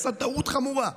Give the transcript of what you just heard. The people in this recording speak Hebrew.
הוא עשה טעות חמורה.